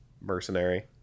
mercenary